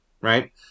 Right